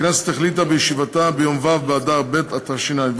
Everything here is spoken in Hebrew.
הכנסת החליטה בישיבתה ביום ו' באדר ב' התשע"ו,